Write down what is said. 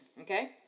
okay